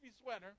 sweater